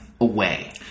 away